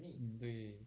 mm 对对对